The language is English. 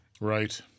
Right